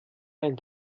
ein